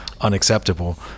unacceptable